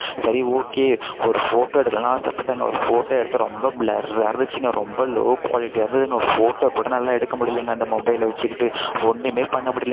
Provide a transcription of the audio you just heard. சரி ஓகே ஒரு ஃபோட்டோ எடுக்கலாம் ஆசைப்பட்டேங்க ஒரு ஃபோட்டோ எடுத்தேன் ரொம்ப பிளர்ரா இருந்துச்சுங்க ரொம்ப லோ குவாலிட்டியாக இருந்ததுங்க ஒரு ஃபோட்டோ கூட நல்லா எடுக்க முடியலைங்க அந்த மொபைலில் வச்சிக்கிட்டு ஒன்றுமே பண்ண முடியலைங்க